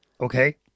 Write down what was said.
Okay